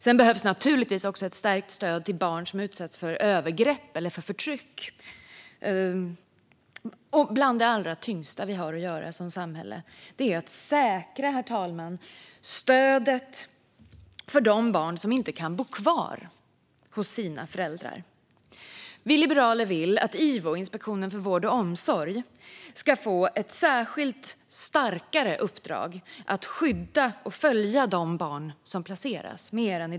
Det behövs naturligtvis också ett stärkt stöd till barn som utsatts för övergrepp eller förtryck. Bland det allra tyngsta vi har att göra som samhälle är att säkra stödet för de barn som inte kan bo kvar hos sina föräldrar. Vi liberaler vill att IVO, Inspektionen för vård och omsorg, mer än i dag ska få ett särskilt starkare uppdrag att skydda och följa de barn som placeras.